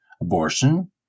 abortion